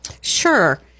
Sure